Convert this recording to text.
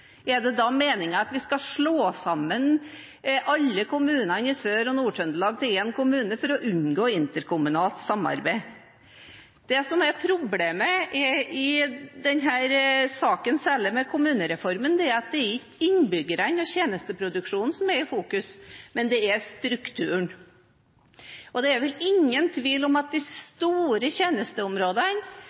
Er det da meningen at vi skal slå sammen alle kommunene i Sør- og Nord-Trøndelag til én kommune for å unngå interkommunalt samarbeid? Det som er problemet i denne saken, særlig med kommunereformen, er at det ikke er innbyggerne og tjenesteproduksjonen som er i fokus, men det er strukturen. Det er vel ingen tvil om at de store tjenesteområdene